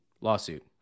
lawsuit